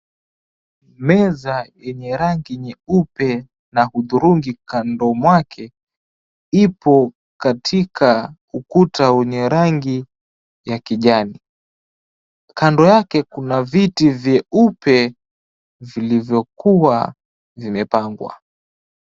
Meza yenye rangi nyeupe na hudhurungi kando wake ipo katika ukuta wenye rangi ya kijani. Kando yake kuna viti vyeupe vilivyokuwa vimepangwa.